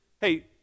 Hey